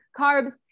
carbs